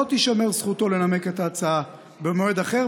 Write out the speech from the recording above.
לא תישמר זכותו לנמק את ההצעה במועד אחר,